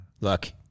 look